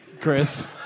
Chris